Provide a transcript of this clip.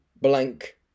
blank